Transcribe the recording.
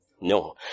No